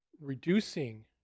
reducing